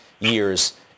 years